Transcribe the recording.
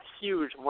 huge